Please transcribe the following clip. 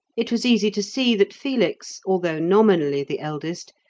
it was easy to see that felix, although nominally the eldest,